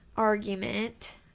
argument